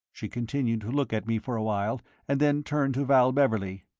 she continued to look at me for a while, and then turned to val beverley.